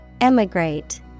emigrate